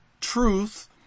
truth